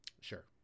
Sure